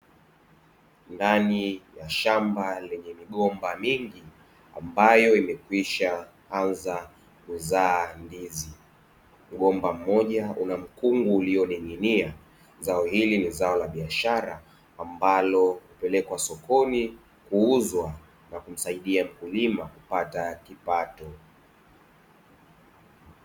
Ndani ya shamba lenye migomba mingi ambayo imekwisha anza kuzaa ndizi, mgomba mmoja una mkungu ulioning'inia. Zao hili ni zao la biashara ambalo hupelekwa sokoni kuuzwa na kumsaidia mkulima kupata kipato.